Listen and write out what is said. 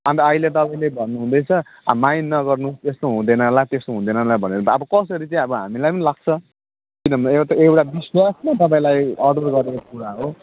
अनि त अहिले तपाईँले भन्नु हुँदैछ अब माइन्ड नगर्नु त्यस्तो हुँदैन होला त्यस्तो हुँदैन होला भनेर अब कसरी चाहिँ हामीलाई पनि लाग्छ किनभनेयो त एउटा विश्वासमा तपाईँलाई अर्डर गरेको कुरा हो